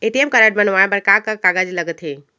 ATM card बनवाये बर का का कागज लगथे?